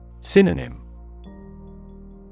synonym